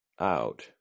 out